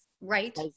Right